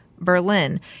Berlin